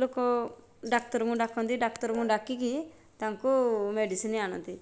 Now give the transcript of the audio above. ଲୋକ ଡାକ୍ତରଙ୍କୁ ଡାକନ୍ତି ଡାକ୍ତରଙ୍କୁ ଡାକିକି ତାଙ୍କୁ ମେଡ଼ିସିନ ଆଣନ୍ତି